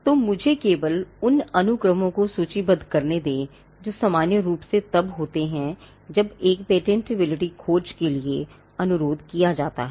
तो मुझे केवल उन अनुक्रमों को सूचीबद्ध करने दें जो सामान्य रूप से तब होते हैं जब एक पेटेंटबिलिटी खोज के लिए अनुरोध किया जाता है